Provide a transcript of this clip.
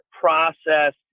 process